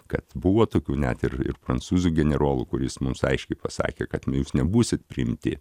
kad buvo tokių net ir ir prancūzų generolų kuris jūs nebūsit priimti